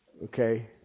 Okay